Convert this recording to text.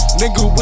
nigga